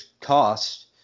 cost